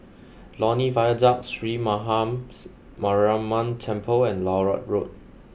Lornie Viaduct Sree Mahams Mariamman Temple and Larut Road